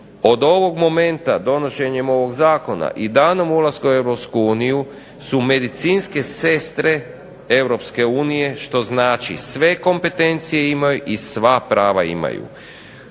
od ovog momenta donošenjem ovog zakona i danom ulaska u Europsku uniju su medicinske sestre Europske unije, što znači sve kompetencije imaju i sva prava imaju.